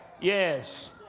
Yes